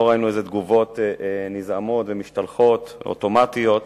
לא ראינו תגובות נזעמות ומשתלחות, אוטומטיות,